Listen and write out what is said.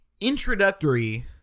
Introductory